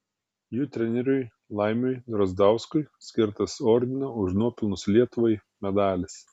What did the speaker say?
jų treneriui laimiui drazdauskui skirtas ordino už nuopelnus lietuvai medalis